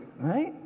Right